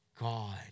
God